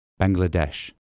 Bangladesh